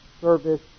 service